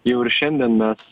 jau ir šiandien mes